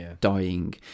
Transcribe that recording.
dying